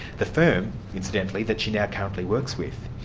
the firm, incidentally, that she now currently works with.